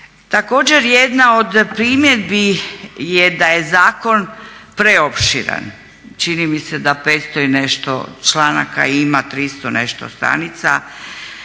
Također jedna od primjedbi je da je zakon preopširan, čini mi se da 500 i nešto članaka, ima 300 i nešto stranica